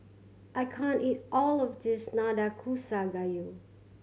I can't eat all of this Nanakusa Gayu